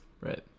Right